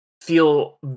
feel